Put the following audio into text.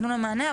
נתנו להם מענה,